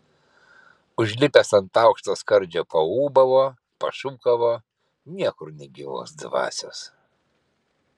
užlipęs ant aukšto skardžio paūbavo pašūkavo niekur nė gyvos dvasios